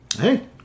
Hey